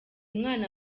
mwana